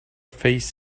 face